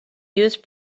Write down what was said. used